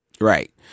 Right